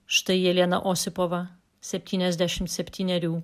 štai jelena osipova septyniasdešim septynerių